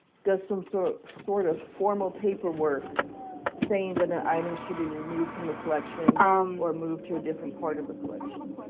does some so sort of formal paperwork saying that an item should be removed from a collection or moved to a different part of the collection,